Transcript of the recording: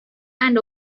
and